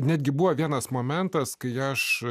netgi buvo vienas momentas kai aš